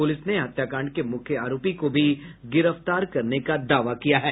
police ने हत्याकांड के मुख्य आरोपी को भी गिरफ्तार करने का दावा किया है